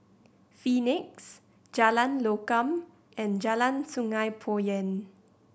Phoenix Jalan Lokam and Jalan Sungei Poyan